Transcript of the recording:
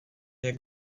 jak